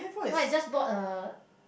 why you just bought a